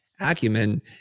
acumen